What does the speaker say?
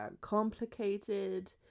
complicated